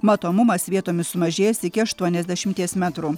matomumas vietomis sumažėjęs iki aštuoniasdešimties metrų